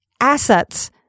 assets